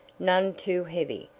none too heavy,